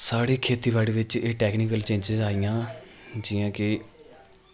साढ़ी खेती बाड़ी बिच एह् टैकनिकल चेंजिज आइयां जि'यां के